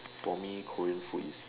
for me Korean food is